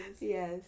Yes